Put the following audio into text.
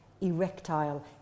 erectile